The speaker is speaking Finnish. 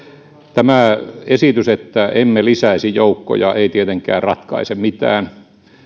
tämä esitys että emme lisäisi joukkoja ei tietenkään ratkaise mitään